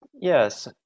yes